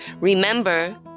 Remember